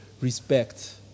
respect